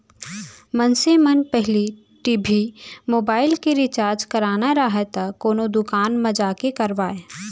मनसे मन पहिली टी.भी, मोबाइल के रिचार्ज कराना राहय त कोनो दुकान म जाके करवाय